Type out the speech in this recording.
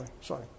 sorry